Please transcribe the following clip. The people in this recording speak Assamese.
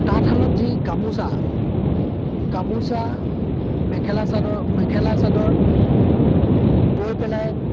তাঁতশালত যি গামোচা গামোচা মেখেলা চাদৰ মেখেলা চাদৰ বৈ পেলাই